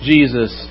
Jesus